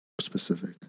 specific